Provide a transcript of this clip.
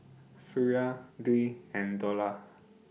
Suria Dwi and Dollah